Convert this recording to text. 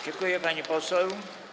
Dziękuję, pani poseł.